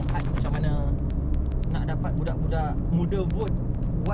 list page nak buat data recollection but aku rasa list page ada banyak banyak dapat data